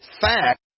fact